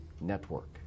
Network